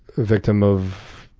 victim of